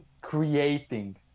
creating